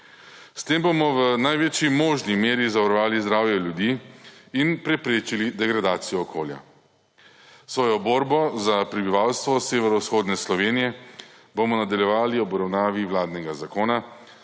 S tem bomo v največji možni meri zavarovali zdravje ljudi in preprečili degradacijo okolja. Svojo borbo za prebivalstvo severovzhodne Slovenije bomo nadaljevali ob obravnavi vladnega zakona,